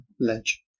ledge